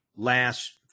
last